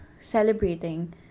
celebrating